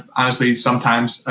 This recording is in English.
honestly, sometimes,